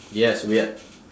yes weird